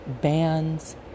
bands